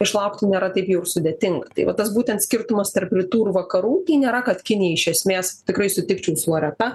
išlaukti nėra taip jau ir sudėtinga tai va tas būtent skirtumas tarp rytų ir vakarų nėra kad kinijai iš esmės tikrai sutikčiau su loreta